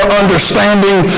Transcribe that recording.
understanding